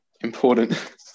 important